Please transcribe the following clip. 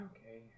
Okay